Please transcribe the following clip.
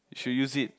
you should use it